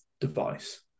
device